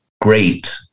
great